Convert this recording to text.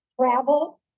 travel